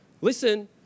listen